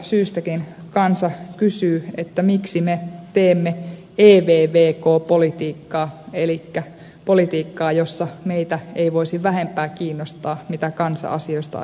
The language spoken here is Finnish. syystäkin kansa kysyy miksi me teemme evvk politiikkaa elikkä politiikkaa jossa meitä ei voisi vähempää kiinnostaa mitä kansa asioista ajattelee